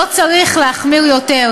לא צריך להחמיר יותר,